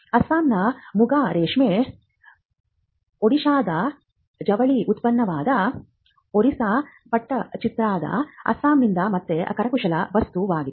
ಅಸ್ಸಾಂನ ಮುಗಾ ರೇಷ್ಮೆ ಒಡಿಶಾದ ಜವಳಿ ಉತ್ಪನ್ನವಾದ ಒರಿಸ್ಸಾ ಪಟ್ಟಚಿತ್ರಾದ ಅಸ್ಸಾಂನಿಂದ ಮತ್ತೆ ಕರಕುಶಲ ವಸ್ತುವಾಗಿದೆ